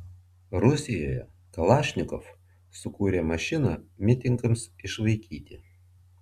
rusijoje kalašnikov sukūrė mašiną mitingams išvaikyti